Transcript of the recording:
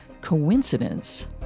Coincidence